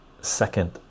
second